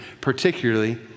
particularly